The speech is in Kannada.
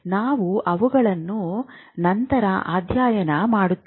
ನಾವು ಅವುಗಳನ್ನು ನಂತರ ಅಧ್ಯಯನ ಮಾಡುತ್ತೇವೆ